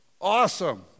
awesome